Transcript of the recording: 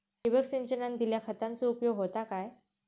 ठिबक सिंचनान दिल्या खतांचो उपयोग होता काय?